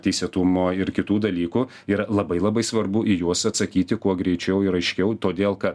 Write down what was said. teisėtumo ir kitų dalykų yra labai labai svarbu į juos atsakyti kuo greičiau ir aiškiau todėl ka